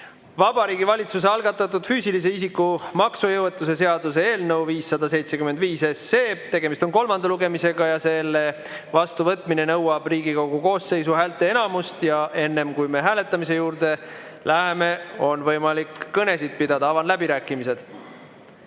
Vabariigi Valitsuse algatatud füüsilise isiku maksejõuetuse seaduse eelnõu 575 kolmas lugemine. Vastuvõtmine nõuab Riigikogu koosseisu häälteenamust. Enne, kui me hääletamise juurde läheme, on võimalik kõnesid pidada. Avan läbirääkimised.